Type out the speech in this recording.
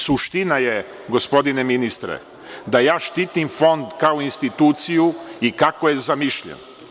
Suština je, gospodine ministre, da ja štitim Fond kao instituciju i kako je zamišljen.